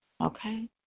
okay